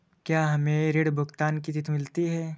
क्या हमें ऋण भुगतान की तिथि मिलती है?